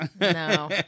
No